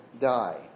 die